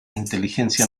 inteligencia